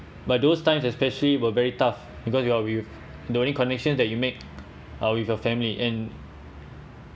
but those times especially were very tough because you are with the only connection that you make are with your family and